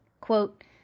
Quote